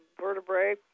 Vertebrae